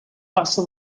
passa